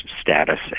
status